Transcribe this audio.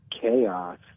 chaos